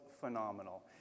phenomenal